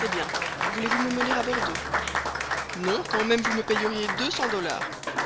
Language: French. eh bien voulez-vous me mener à bordeaux non quand même vous me paieriez deux cents dollars